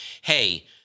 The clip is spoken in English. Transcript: Hey